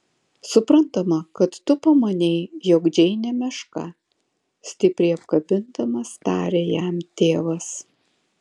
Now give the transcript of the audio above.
suprantama kad tu pamanei jog džeinė meška stipriai apkabindamas tarė jam tėvas